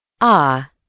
Ah